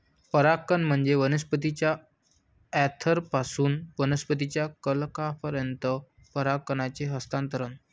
परागकण म्हणजे वनस्पतीच्या अँथरपासून वनस्पतीच्या कलंकापर्यंत परागकणांचे हस्तांतरण